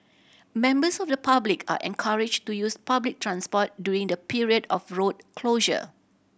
members of the public are encouraged to use public transport during the period of road closure